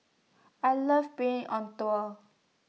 I love being on tour